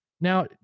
Now